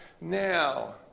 Now